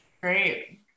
Great